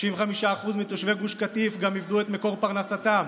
65% מתושבי גוש קטיף גם איבדו את מקור פרנסתם.